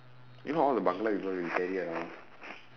you know all the bangla you go they will carry around